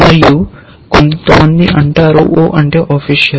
మరియు కొంతమంది అంటారు O అంటే ఆఫిషల్